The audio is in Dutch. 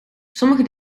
sommige